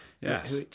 Yes